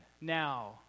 now